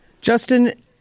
Justin